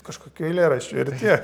kažkokių eilėraščių ir tiek